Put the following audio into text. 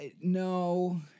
no